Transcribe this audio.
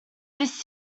this